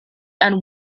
and